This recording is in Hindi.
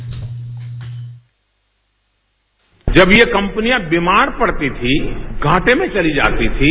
बाइट जब ये कंपनियां बीमार पड़ती थीं घाटे में चली जाती थीं